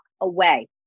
away